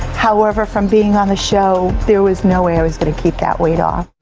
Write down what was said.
however from being on the show, there was no way i was gonna keep that weight off.